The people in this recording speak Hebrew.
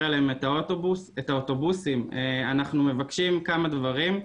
אליהם את האוטובוסים אנחנו מבקשים כמה דברים.